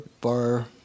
Bar